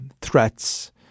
threats